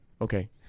Okay